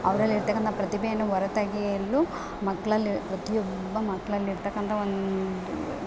ಅವರಲ್ಲಿರ್ತಕ್ಕಂಥ ಪ್ರತಿಭೆಯನ್ನು ಹೊರ ತೆಗೆಯಲು ಮಕ್ಕಳಲ್ಲಿ ಪ್ರತಿಯೊಬ್ಬ ಮಕ್ಳಲ್ಲಿರ್ತಕ್ಕಂಥ ಒಂದು